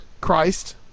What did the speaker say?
Christ